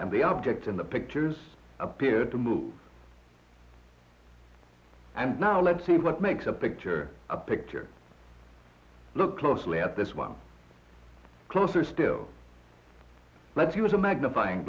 and the objects in the pictures appear to move and now let's see what makes a picture a picture look closely at this one closer still let's use a magnifying